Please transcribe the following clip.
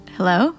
Hello